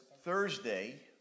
Thursday